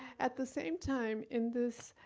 at the same time in this